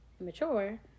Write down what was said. mature